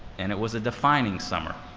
and it was a defining summer.